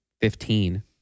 Fifteen